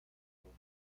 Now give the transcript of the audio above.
donde